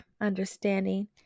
understanding